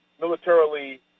militarily